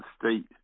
state